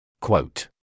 Quote